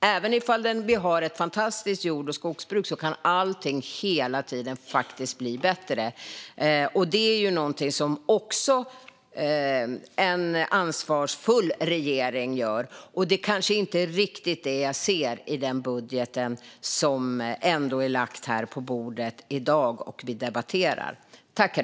Även om vi har ett fantastiskt jord och skogsbruk kan allting hela tiden bli bättre. Det är också någonting som en ansvarsfull regering gör, och det kanske inte är riktigt det jag ser i den budget som är lagd på bordet i dag och som vi nu debatterar.